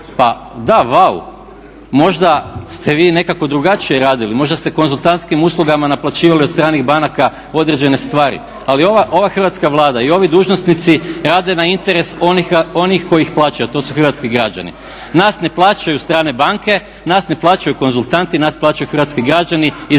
Pa da vau. Možda ste vi nekako drugačije radili, možda ste konzultantskim uslugama naplaćivali od stranih banaka određene stvari, ali ova Hrvatska Vlada i ovi dužnosnici rade na interes onih koji ih plaćaju, a to su hrvatski građani. Nas ne plaćaju strane banke, nas ne plaćaju konzultanti, nas plaćaju hrvatski građani